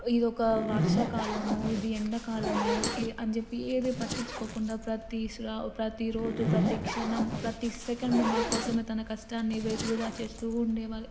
ఇది ఒక వర్షాకాలము ఇది ఎండాకాలము ఇ అని చెప్పి ఏదీ పట్టించుకోకుండా ప్రతిసారి ప్రతీ రోజు ప్రతీక్షణం ప్రతీ సెకండు మాకోసమే తన కష్టాన్ని వే వృథా చేస్తూ ఉండేవాళ్ళు